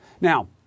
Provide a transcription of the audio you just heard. Now